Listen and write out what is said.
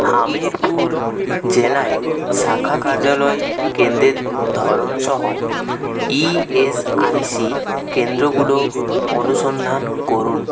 হামিরপুর জেলায় শাখা কার্যালয় কেন্দ্রের ধরন সহ ইএসআইসি কেন্দ্রগুলো অনুসন্ধান করুন